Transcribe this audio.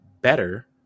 better